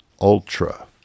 Ultra